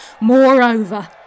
Moreover